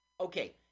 Okay